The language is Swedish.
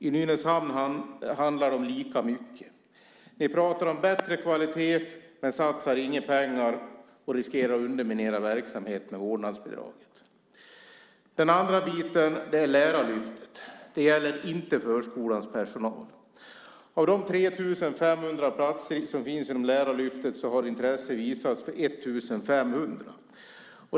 I Nynäshamn handlar det om lika mycket. Ni pratar om bättre kvalitet men satsar inga pengar och riskerar att underminera verksamheten med vårdnadsbidraget. Den andra biten är Lärarlyftet. Det gäller inte förskolans personal. Av de 3 500 platser som finns inom Lärarlyftet har intresse visats för 1 500.